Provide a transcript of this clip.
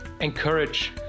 encourage